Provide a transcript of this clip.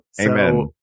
Amen